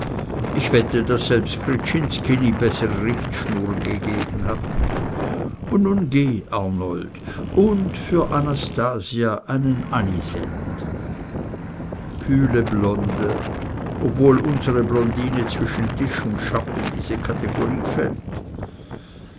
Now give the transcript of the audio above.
ich wette daß selbst gryczinski nie bessere richtschnuren gegeben hat und nun geh arnold und für anastasia einen anisette kühle blonde ob wohl unsere blondine zwischen tisch und schapp in diese kategorie fällt